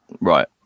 Right